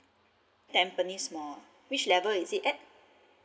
tampines mall which level is it at